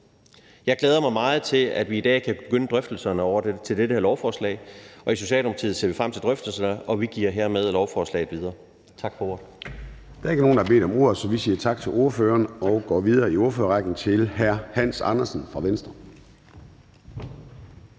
Jeg glæder mig meget til, at vi i dag kan begynde drøftelserne om det her lovforslag, og i Socialdemokratiet ser vi frem til drøftelserne. Vi giver hermed forslaget videre til Tingets behandling. Tak. Kl. 13:53 Formanden (Søren Gade): Der er ikke nogen, der har bedt om ordet, så vi siger tak til ordføreren og går videre i ordførerrækken til hr. Hans Andersen fra Venstre.